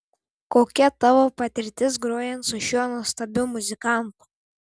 kokia tavo patirtis grojant su šiuo nuostabiu muzikantu